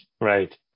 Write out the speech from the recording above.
Right